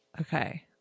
Okay